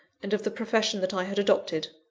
and of the profession that i had adopted.